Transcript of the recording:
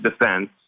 defense